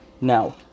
Now